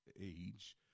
age